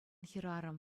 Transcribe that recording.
хӗрарӑм